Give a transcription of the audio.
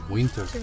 Winter